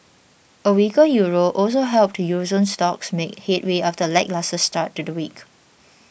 a weaker Euro also helped Euro zone stocks make headway after a lacklustre start to the week